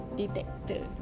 detector